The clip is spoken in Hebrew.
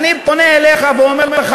אני פונה אליך ואומר לך,